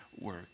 work